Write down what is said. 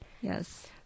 Yes